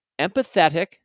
empathetic